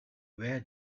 where